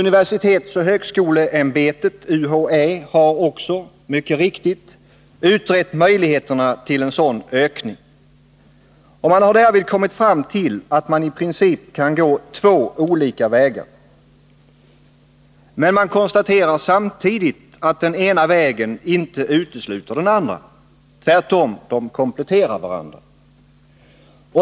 Universitetsoch högskoleämbetet har också — mycket riktigt — utrett möjligheterna till en sådan utökning. Man har därvid kommit fram till att det i princip finns två olika vägar att gå. Men samtidigt konstaterar man att den ena vägen inte utesluter den andra — tvärtom. De kompletterar varandra.